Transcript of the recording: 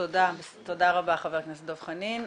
תודה רבה חבר הכנסת דב חנין.